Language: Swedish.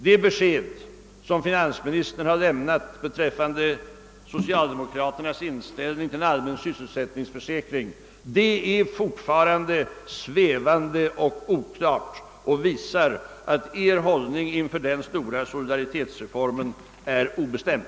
Det besked som finansministern har lämnat beträffande socialdemokraternas inställning till en allmän sysselsättningsförsäkring är fortfarande svävande och oklart och visar att deras hållning inför denna stora solidaritetsreform är obestämd.